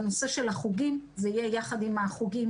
בנושא של החוגים זה יהיה יחד עם החוגים